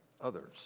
others